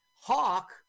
hawk